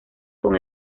con